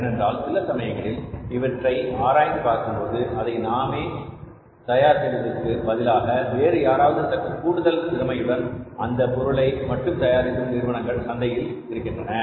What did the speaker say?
ஏனென்றால் சிலசமயங்களில் இவற்றை ஆராய்ந்து பார்க்கும்போது அதை நாமே தயார் செய்வதற்கு பதிலாக வேறு யாராவது சற்று கூடுதல் திறமையுடன் அந்த ஒரு பொருளை மட்டும் தயாரிக்கும் நிறுவனங்கள் சந்தையில் இருக்கின்றன